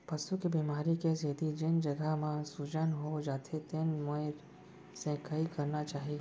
पसू के बेमारी के सेती जेन जघा म सूजन हो जाथे तेन मेर सेंकाई करना चाही